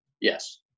yes